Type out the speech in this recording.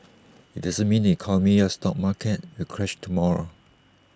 IT doesn't mean the economy or stock market will crash tomorrow